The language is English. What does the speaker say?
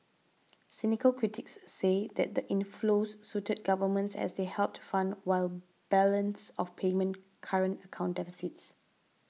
cynical critics say that the inflows suited governments as they helped fund wide balance of payment current account deficits